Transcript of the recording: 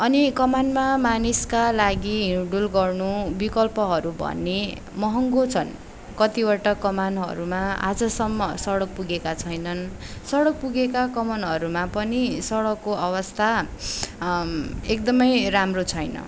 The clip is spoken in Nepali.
अनि कमानमा मानिसका लागि हिड्डुल गर्नु विकल्पहरू भने महँगो छन् कतिवटा कमानहरूमा आजसम्म सडक पुगेका छैनन् सडक पुगेका कमानहरूमा पनि सडकको अवस्था एकदमै राम्रो छैन